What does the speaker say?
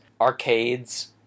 arcades